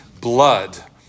blood